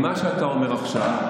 נקודה.